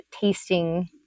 tasting